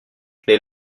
les